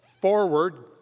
forward